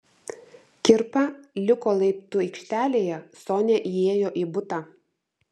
kirpa liko laiptų aikštelėje sonia įėjo į butą